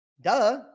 Duh